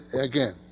again